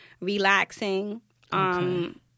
relaxing